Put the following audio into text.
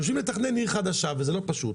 יושבים לתכנן עיר חדשה וזה לא פשוט.